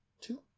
Two